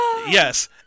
Yes